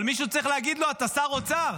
אבל מישהו צריך להגיד לו, אתה שר אוצר,